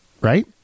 Right